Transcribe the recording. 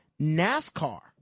NASCAR